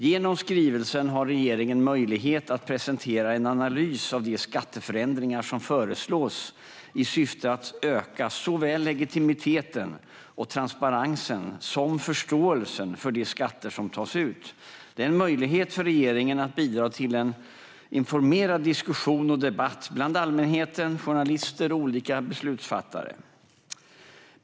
Genom skrivelsen har regeringen möjlighet att presentera en analys av de skatteförändringar som föreslås i syfte att öka såväl legitimiteten och transparensen som förståelsen för de skatter som tas ut. Det är en möjlighet för regeringen att bidra till en informerad diskussion och debatt bland allmänheten, journalister och olika beslutsfattare.